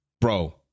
bro